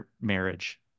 marriage